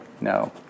No